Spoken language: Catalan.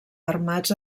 armats